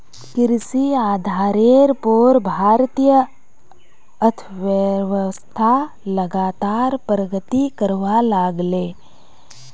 कृषि आधारेर पोर भारतीय अर्थ्वैव्स्था लगातार प्रगति करवा लागले